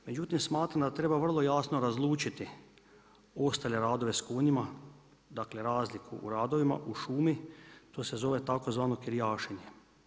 Međutim, smatram da treba vrlo jasno razlučiti ostale radove sa konjima, dakle razliku u radovima u šumi, to se zove tzv. kirijašenje.